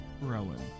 Rowan